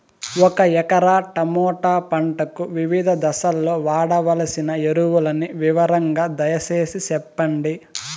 ఒక ఎకరా టమోటా పంటకు వివిధ దశల్లో వాడవలసిన ఎరువులని వివరంగా దయ సేసి చెప్పండి?